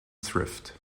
thrift